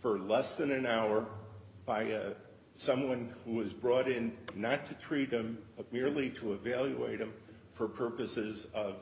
for less than an hour by someone who was brought in not to treat them merely to evaluate him for purposes of